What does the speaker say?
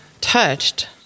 Touched